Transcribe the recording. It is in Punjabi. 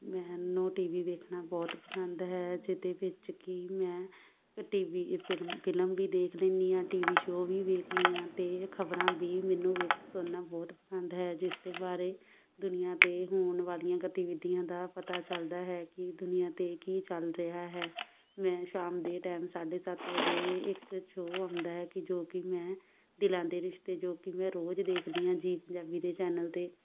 ਮੈਨੂੰ ਟੀ ਵੀ ਵੇਖਣਾ ਬਹੁਤ ਪਸੰਦ ਹੈ ਜਿਹਦੇ ਵਿੱਚ ਕਿ ਮੈਂ ਟੀ ਵੀ ਫਿਲਮ ਫਿਲਮ ਵੀ ਦੇਖ ਲੈਂਦੀ ਹਾਂ ਟੀ ਵੀ ਸ਼ੋ ਵੀ ਵੇਖਦੀ ਹਾਂ ਅਤੇ ਖਬਰਾਂ ਵੀ ਮੈਨੂੰ ਵੇ ਸੁਣਨਾ ਬਹੁਤ ਪਸੰਦ ਹੈ ਜਿਸ ਦੇ ਬਾਰੇ ਦੁਨੀਆਂ 'ਤੇ ਹੋਣ ਵਾਲੀਆਂ ਗਤੀਵਿਧੀਆਂ ਦਾ ਪਤਾ ਚੱਲਦਾ ਹੈ ਕਿ ਦੁਨੀਆਂ 'ਤੇ ਕੀ ਚੱਲ ਰਿਹਾ ਹੈ ਮੈਂ ਸ਼ਾਮ ਦੇ ਟਾਇਮ ਸਾਢੇ ਸੱਤ ਵਜੇ ਇੱਕ ਸ਼ੋਅ ਆਉਂਦਾ ਕਿ ਜੋ ਕਿ ਮੈਂ ਦਿਲਾਂ ਦੇ ਰਿਸ਼ਤੇ ਜੋ ਕਿ ਮੈਂ ਰੋਜ਼ ਦੇਖਦੀ ਹਾਂ ਜੀ ਪੰਜਾਬੀ ਦੇ ਚੈਨਲ 'ਤੇ